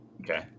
Okay